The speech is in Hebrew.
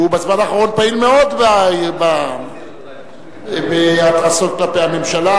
שהוא בזמן האחרון פעיל מאוד בהתרסות כלפי הממשלה,